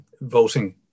voting